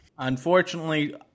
Unfortunately